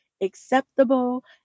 acceptable